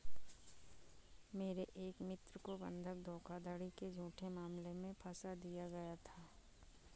मेरे एक मित्र को बंधक धोखाधड़ी के झूठे मामले में फसा दिया गया था